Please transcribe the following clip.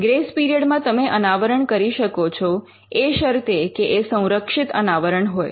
grace period માં તમે અનાવરણ કરી શકો છો એ શરતે કે એ સંરક્ષિત અનાવરણ હોય